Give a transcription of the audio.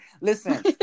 Listen